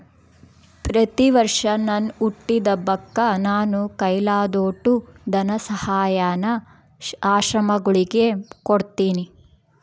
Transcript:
ಪ್ರತಿವರ್ಷ ನನ್ ಹುಟ್ಟಿದಬ್ಬಕ್ಕ ನಾನು ಕೈಲಾದೋಟು ಧನಸಹಾಯಾನ ಆಶ್ರಮಗುಳಿಗೆ ಕೊಡ್ತೀನಿ